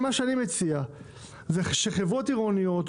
אני מציע שחברות עירוניות,